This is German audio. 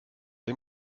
dem